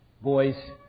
Boys